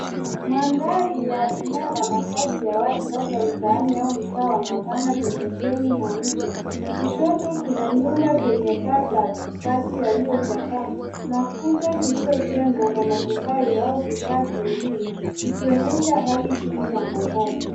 Mandhari ya eneo la makazi ya watu labda mtaani au mitaa ya mabanda pembezoni mwa mto. Kushoto kuna nyumba zenye paa za mabati yaliyochakaa na kuta zilizojengwa kwa matofali au vifaa vingine vikionyesha hali duni ya makazi.